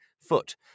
foot